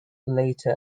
later